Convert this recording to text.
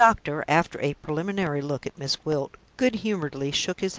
the doctor after a preliminary look at miss gwilt good-humoredly shook his head.